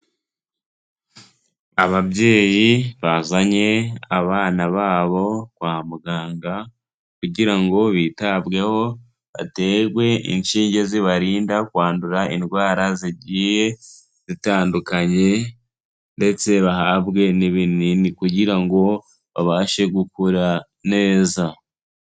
Ababyeyi bazanye abana babo kwa muganga kugira ngo bitabweho, baterwe inshinge zibarinda kwandura indwara zigiye zitandukanye ndetse bahabwe n'ibinini kugira ngo babashe gukura neza.